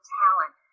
talent